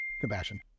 Compassion